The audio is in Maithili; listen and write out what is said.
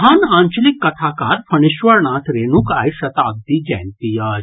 महान आंचलिक कथाकार फणीश्वरनाथ रेणुक आइ शताब्दी जयंती अछि